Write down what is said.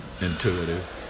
intuitive